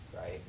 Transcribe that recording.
right